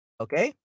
Okay